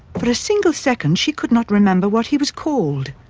for a single second, she could not remember what he was called.